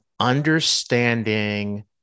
understanding